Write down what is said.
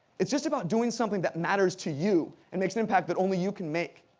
it's just about doing something that matters to you, and makes an impact that only you can make.